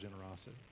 generosity